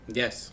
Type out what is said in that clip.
yes